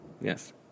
Yes